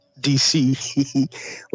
dc